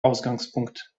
ausgangspunkt